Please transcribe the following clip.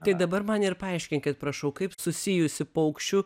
tai dabar man ir paaiškinkit prašau kaip susijusi paukščių